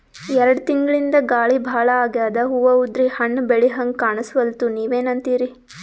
ಎರೆಡ್ ತಿಂಗಳಿಂದ ಗಾಳಿ ಭಾಳ ಆಗ್ಯಾದ, ಹೂವ ಉದ್ರಿ ಹಣ್ಣ ಬೆಳಿಹಂಗ ಕಾಣಸ್ವಲ್ತು, ನೀವೆನಂತಿರಿ?